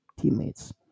teammates